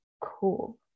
cool